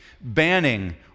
banning